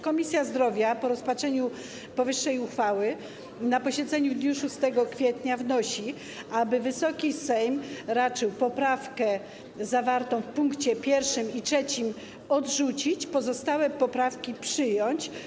Komisja Zdrowia po rozpatrzeniu powyższej uchwały na posiedzeniu w dniu 6 kwietnia wnosi, aby Wysoki Sejm raczył poprawkę zawartą w pkt 1 i 3 odrzucić, pozostałe poprawki przyjąć.